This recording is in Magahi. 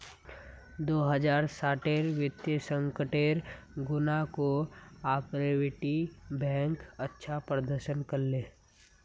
दो हज़ार साटेर वित्तीय संकटेर खुणा कोआपरेटिव बैंक अच्छा प्रदर्शन कर ले